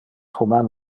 human